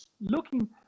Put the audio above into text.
looking